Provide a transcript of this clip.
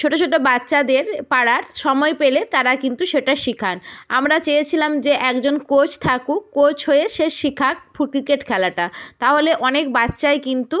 ছোটো ছোটো বাচ্চাদের পাড়ার সময় পেলে তারা কিন্তু সেটা শেখান আমরা চেয়েছিলাম যে একজন কোচ থাকুক কোচ হয়ে সে শিখাক ফু ক্রিকেট খেলাটা তাহলে অনেক বাচ্চাই কিন্তু